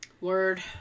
Word